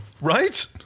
Right